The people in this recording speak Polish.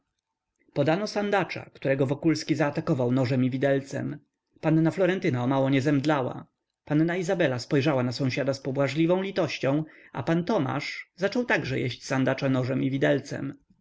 podano sandacza którego wokulski zaatakował nożem i widelcem panna florentyna o mało nie zemdlała panna izabela spojrzała na sąsiada z pobłażliwą litością a pan tomasz zaczął także jeść sandacza nożem i widelcem